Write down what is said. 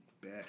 bad